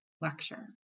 lecture